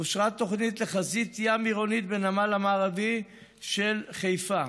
אושרה תוכנית לחזית ים עירונית בנמל המערבי של חיפה.